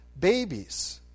babies